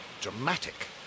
dramatic